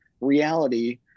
reality